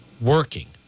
working